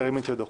ירים את ידו.